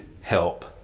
help